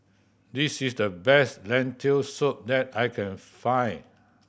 this is the best Lentil Soup that I can find